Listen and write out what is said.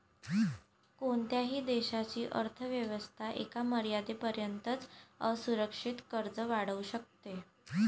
कोणत्याही देशाची अर्थ व्यवस्था एका मर्यादेपर्यंतच असुरक्षित कर्ज वाढवू शकते